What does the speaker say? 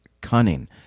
cunning